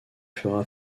fera